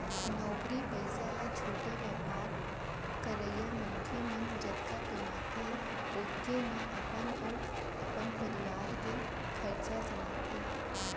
नौकरी पइसा या छोटे बयपार करइया मनखे मन जतका कमाथें ओतके म अपन अउ अपन परवार के खरचा चलाथें